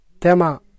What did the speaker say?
tema